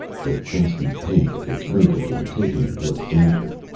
the dusky pink of its wrinkled integument was darker.